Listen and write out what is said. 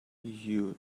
you